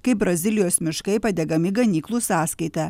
kai brazilijos miškai padegami ganyklų sąskaita